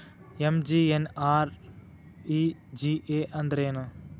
MGNREGA ಅಂದ್ರೆ ಏನು?